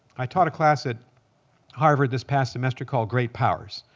i taught a class at harvard this past semester called great powers,